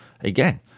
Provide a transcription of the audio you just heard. again